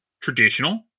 Traditional